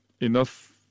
enough